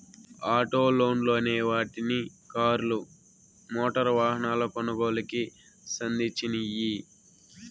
auto లోన్లు అనే వాటిని కార్లు, మోటారు వాహనాల కొనుగోలుకి సంధించినియ్యి